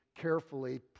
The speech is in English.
carefully